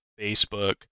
Facebook